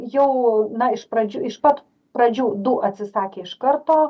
jau na iš pradžių iš pat pradžių du atsisakė iš karto